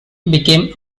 became